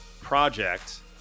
project